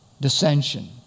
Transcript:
dissension